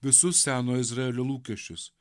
visus seno izraelio lūkesčius